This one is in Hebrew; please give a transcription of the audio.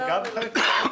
הם גם חלק מזה?